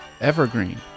Evergreen